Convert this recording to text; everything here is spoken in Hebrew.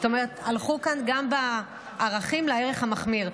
זאת אומרת, הלכו כאן גם בערכים לערך המחמיר.